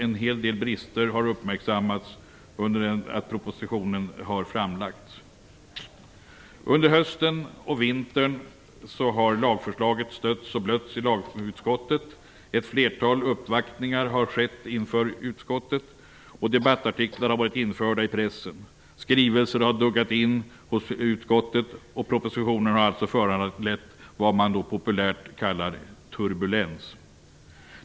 En hel del brister har uppmärksammats efter det att propositionen har framlagts. Under hösten och vintern har lagförslaget stötts och blötts i lagutskottet. Ett flertal uppvaktningar har skett inför utskottet. Debattartiklar har varit införda i pressen. Skrivelser har duggat in hos utskottet. Propositionen har alltså föranlett vad man populärt kallar turbulens.